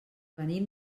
venim